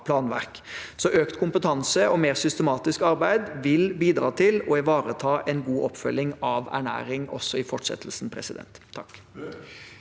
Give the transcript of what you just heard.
Så økt kompetanse og mer systematisk arbeid vil bidra til å ivareta en god oppfølging av ernæring også i fortsettelsen. Erlend